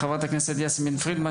חברת הכנסת יסמין פרידמן,